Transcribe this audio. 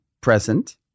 present